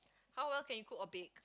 how well can you cook or bake